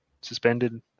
suspended